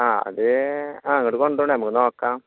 ആ അത് ആ ഇങ്ങോട്ട് കൊണ്ടുപോരെ നമുക്ക് നോക്കാം